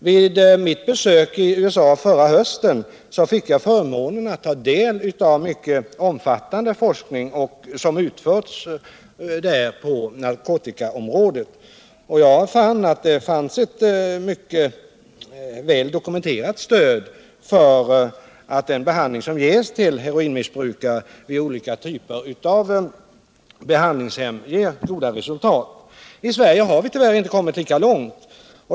Vid mitt besök i USA förra hösten fick jag förmånen att ta del av synnerligen omfattande forskning som har utförts på narkotikaområdet. Jag fann att det förelåg ett mycket väl dokumenterat stöd för att den behandling som ges till heroinmissbrukare vid olika typer av behandlingshem ger goda resultat. I Sverige har vi tyvärr inte kommit lika långt.